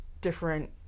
different